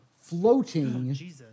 floating